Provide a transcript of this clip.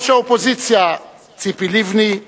ראש האופוזיציה ציפי לבני,